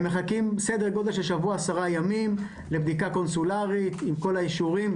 הם מחכים סדר גודל של שבוע-עשרה ימים לבדיקה קונסולרית עם כל האישורים.